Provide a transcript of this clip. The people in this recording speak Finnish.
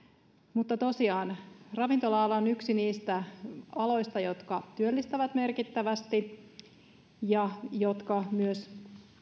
mutta tosiaan ravintola ala on yksi niistä aloista jotka työllistävät merkittävästi ja jotka myös